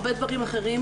אני יכולה להראות,